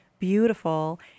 beautiful